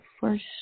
first